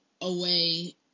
away